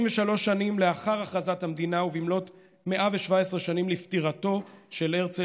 73 שנים לאחר הכרזת המדינה ובמלאת 117 שנים לפטירתו של הרצל,